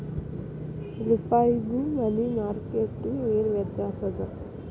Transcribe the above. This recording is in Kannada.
ರೂಪಾಯ್ಗು ಮನಿ ಮಾರ್ಕೆಟ್ ಗು ಏನ್ ವ್ಯತ್ಯಾಸದ